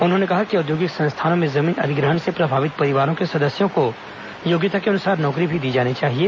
उन्होंने कहा कि औद्योगिक संस्थानों में जमीन अधिग्रहण से प्रभावित परिवारों के सदस्यों को योग्यता के अनुसार नौकरी भी दी जानी चाहिए